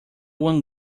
one